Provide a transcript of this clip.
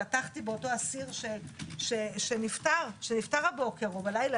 פתחתי באותו אסיר שנפטר הבוקר או בלילה,